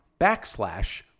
backslash